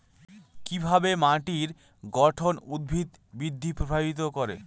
কিভাবে মাটির গঠন উদ্ভিদ বৃদ্ধি প্রভাবিত করে?